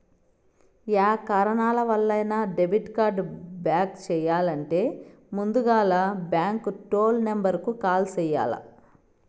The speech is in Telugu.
యా కారణాలవల్లైనా డెబిట్ కార్డు బ్లాక్ చెయ్యాలంటే ముందల బాంకు టోల్ నెంబరుకు కాల్ చెయ్యాల్ల